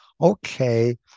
okay